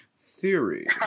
theory